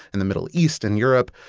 in the middle east and europe,